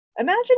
Imagine